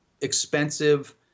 expensive